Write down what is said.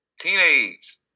teenage